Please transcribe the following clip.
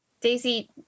Daisy